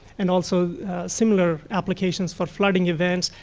and also similar applications for flooding events.